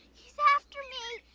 he's after me.